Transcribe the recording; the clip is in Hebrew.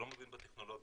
שלא מבין בטכנולוגיה,